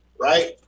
right